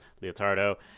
leotardo